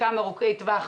חלקם ארוכי טווח,